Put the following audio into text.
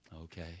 okay